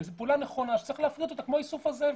זו פעולה נכונה שצריך להפריט אותה כמו שנעשה גם עם איסוף הזבל.